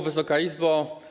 Wysoka Izbo!